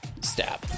stab